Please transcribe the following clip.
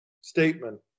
statement